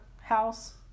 House